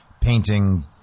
painting